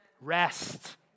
Rest